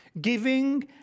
Giving